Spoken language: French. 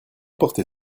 porter